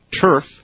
turf